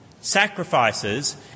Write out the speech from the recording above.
sacrifices